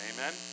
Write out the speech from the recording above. Amen